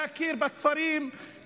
להכיר בכפרים,